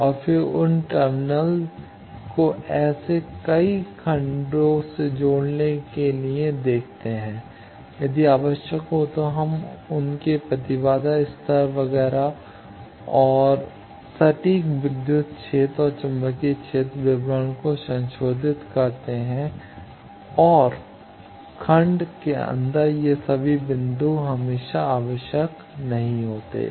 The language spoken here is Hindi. और फिर हम उन टर्मिनलों को ऐसे कई खंड को जोड़ने के लिए जोड़ते हैं यदि आवश्यक हो तो हम उनके प्रतिबाधा स्तर वगैरह और सटीक विद्युत क्षेत्र और चुंबकीय क्षेत्र विवरण को संशोधित करते हैं और खंड के अंदर ये सभी बिंदु हमेशा आवश्यक नहीं होते हैं